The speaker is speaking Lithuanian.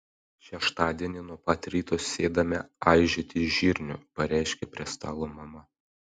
šeštadienį nuo pat ryto sėdame aižyti žirnių pareiškė prie stalo mama